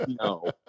No